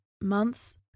months